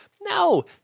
No